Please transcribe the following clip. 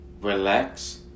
Relax